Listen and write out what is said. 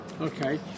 Okay